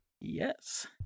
Yes